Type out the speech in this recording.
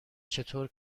چطور